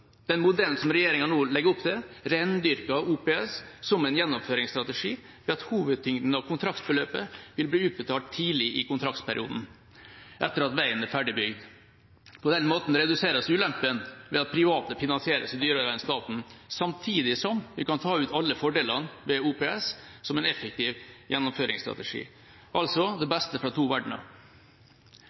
Den modellen som regjeringa nå legger opp til, rendyrker OPS som en gjennomføringsstrategi ved at hovedtyngden av kontraktsbeløpet vil bli utbetalt tidlig i kontraktsperioden, etter at veien er ferdigbygd. På den måten reduseres ulempen ved at private finansierer dyrere enn staten, samtidig som vi kan ta ut alle fordelene ved OPS som en effektiv gjennomføringsstrategi – altså det beste fra to verdener.